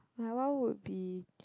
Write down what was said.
my one would be